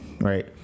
right